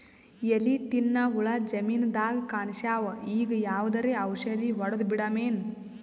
ಎಲಿ ತಿನ್ನ ಹುಳ ಜಮೀನದಾಗ ಕಾಣಸ್ಯಾವ, ಈಗ ಯಾವದರೆ ಔಷಧಿ ಹೋಡದಬಿಡಮೇನ?